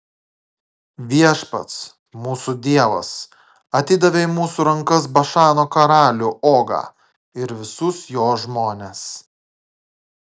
viešpats mūsų dievas atidavė į mūsų rankas bašano karalių ogą ir visus jo žmones